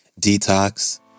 Detox